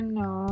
no